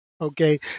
Okay